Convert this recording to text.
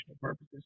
purposes